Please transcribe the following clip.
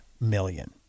million